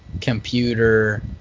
computer